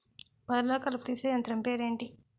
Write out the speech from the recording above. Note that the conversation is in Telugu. వరి లొ కలుపు తీసే యంత్రం పేరు ఎంటి?